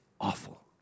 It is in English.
awful